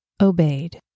obeyed